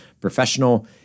professional